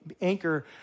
anchor